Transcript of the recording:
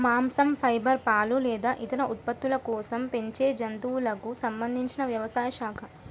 మాంసం, ఫైబర్, పాలు లేదా ఇతర ఉత్పత్తుల కోసం పెంచే జంతువులకు సంబంధించిన వ్యవసాయ శాఖ